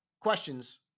questions